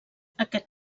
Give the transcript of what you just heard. aquest